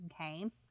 Okay